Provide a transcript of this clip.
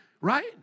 Right